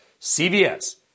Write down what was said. CVS